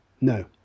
No